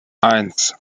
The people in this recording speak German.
eins